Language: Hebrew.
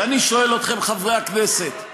ואני שואל אתכם, חברי הכנסת: